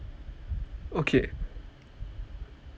okay